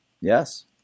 yes